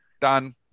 done